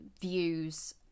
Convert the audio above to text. views